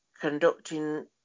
conducting